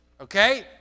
Okay